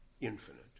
infinite